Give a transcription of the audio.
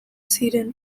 ziren